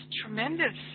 tremendous